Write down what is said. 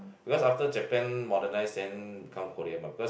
because after Japan modernized then become Korea mah because